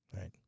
Right